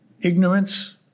ignorance